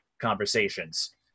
Conversations